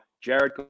Jared